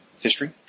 history